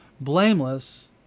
blameless